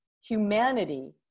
humanity